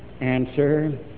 answer